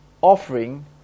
offering